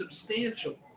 substantial